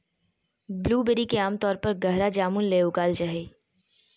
blueberry के आमतौर पर गहरा जामुन ले उगाल जा हइ